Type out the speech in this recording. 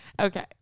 Okay